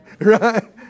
Right